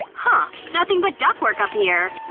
huh. nothing but ductwork up here